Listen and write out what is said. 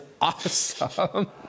awesome